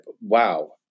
Wow